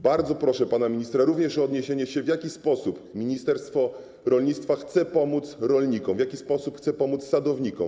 Bardzo proszę pana ministra również o odniesienie się, w jaki sposób ministerstwo rolnictwa chce pomóc rolnikom, w jaki sposób chce pomóc sadownikom.